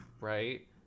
Right